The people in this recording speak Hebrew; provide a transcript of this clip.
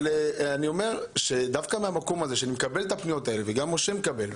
אני אומר דווקא מהפניות שאני ומשה מקבלים.